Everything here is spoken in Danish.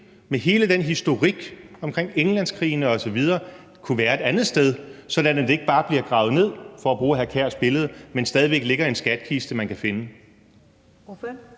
med hele den historik omkring Englandskrigene osv. kunne være et andet sted, sådan at det ikke bare bliver gravet ned for at bruge hr. Kasper Sand Kjærs billede, men stadig væk ligger i en skattekiste, man kan finde.